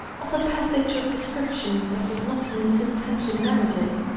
of a passage of description that is not in its intention narrative,